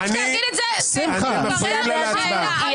--- חברים,